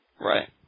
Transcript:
right